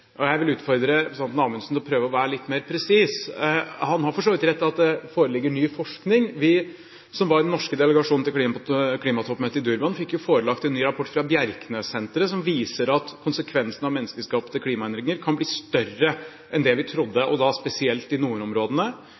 spør. Jeg vil utfordre representanten Amundsen til å prøve å være litt mer presis. Han har for så vidt rett i at det foreligger ny forskning. Vi som var i den norske delegasjonen til klimatoppmøtet i Durban, fikk oss forelagt en ny rapport fra Bjerknessenteret, som viser at konsekvensene av menneskeskapte klimaendringer kan bli større enn det vi trodde, og da spesielt i nordområdene,